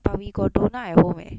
but we got donut at home eh